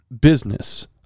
business